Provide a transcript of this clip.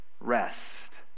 rest